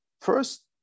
first